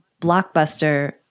blockbuster